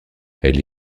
elle